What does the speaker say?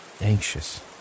anxious